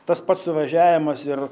tas pats suvažiavimas ir